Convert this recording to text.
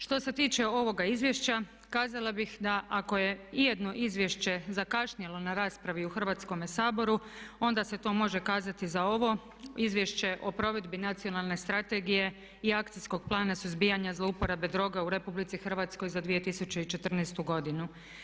Što se tiče ovoga izvješća kazala bih da ako je ijedno izvješće zakašnjelo na raspravi u Hrvatskome saboru onda se to može kazati za ovo Izvješće o provedbi Nacionalne strategije i Akcijskog plana suzbijanja zlouporaba droga u RH za 2014. godinu.